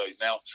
Now